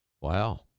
Wow